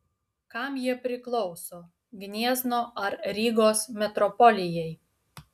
kam jie priklauso gniezno ar rygos metropolijai